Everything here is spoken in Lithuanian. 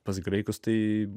pas graikus tai